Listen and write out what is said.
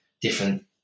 different